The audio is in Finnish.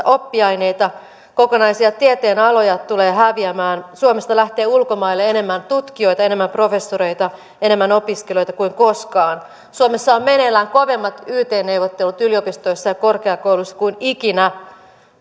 oppiaineita kokonaisia tieteenaloja tulee häviämään suomesta lähtee ulkomaille enemmän tutkijoita enemmän professoreita enemmän opiskelijoita kuin koskaan suomessa on meneillään kovemmat yt neuvottelut yliopistoissa ja korkeakouluissa kuin ikinä